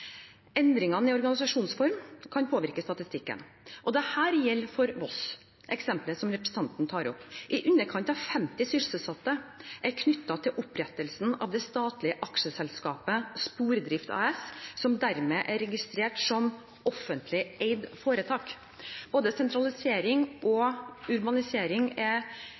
i organisasjonsform kan påvirke statistikken, og det gjelder for Voss, eksemplet som representanten tar opp. I underkant av 50 sysselsatte er knyttet til opprettelsen av det statlige aksjeselskapet Spordrift AS, som dermed er registrert som offentlig eid foretak. Både sentralisering og urbanisering er